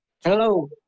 Hello